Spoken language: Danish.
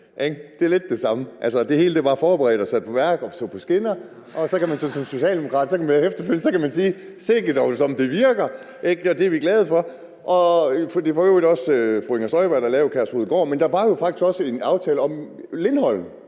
Det er lidt det samme, ikke? Det hele var forberedt og sat i værk og sat på skinner, og som socialdemokrat kan man efterfølgende sige: Sikke det dog virker; det er vi glade for. Det var for øvrigt også fru Inger Støjberg, der lavede Kærshovedgård, men der var jo faktisk også en aftale om Lindholm.